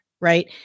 right